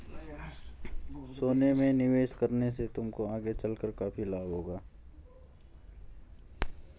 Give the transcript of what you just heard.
सोने में निवेश करने से तुमको आगे चलकर काफी लाभ होगा